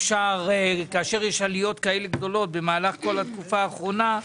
כאשר יש עליות כאלה גדולות במהלך התקופה האחרונה,